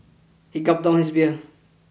he gulped down his beer